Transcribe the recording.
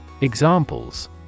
Examples